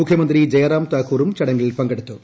മുഖ്യമന്ത്രി ജയ്റാം താക്കൂറും ചടങ്ങിൽ പങ്കെടുത്തു